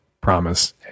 promise